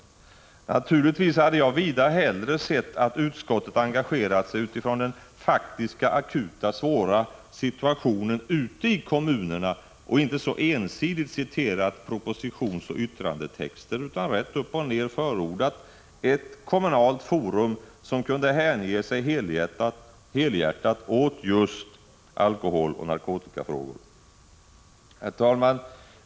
Men naturligtvis hade jag mycket hellre sett att utskottet engagerat sig utifrån den faktiska, svåra akuta situationen ute i kommunerna och inte så ensidigt citerat propositionsoch yttrandetexter utan rätt upp och ned förordat ett kommunalt forum som helhjärtat kunde hänge sig åt just alkoholoch narkotikafrågor. Herr talman!